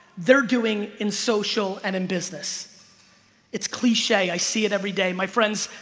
they're doing in social and in business it's cliche. i see it every day my friends,